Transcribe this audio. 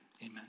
amen